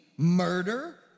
murder